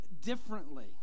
differently